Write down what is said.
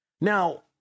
Now